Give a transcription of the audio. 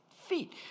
feet